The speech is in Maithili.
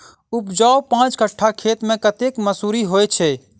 उपजाउ पांच कट्ठा खेत मे कतेक मसूरी होइ छै?